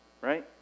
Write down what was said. Right